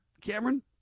Cameron